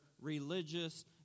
religious